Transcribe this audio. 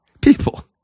People